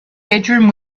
bedroom